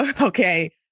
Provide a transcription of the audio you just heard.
okay